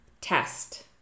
test